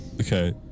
Okay